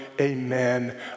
amen